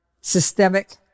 systemic